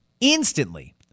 instantly